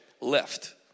left